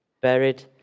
Buried